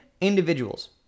individuals